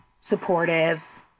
supportive